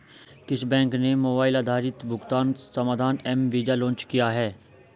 किस बैंक ने मोबाइल आधारित भुगतान समाधान एम वीज़ा लॉन्च किया है?